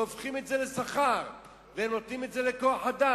והופכים את זה לשכר ונותנים את זה לקבלני כוח-אדם.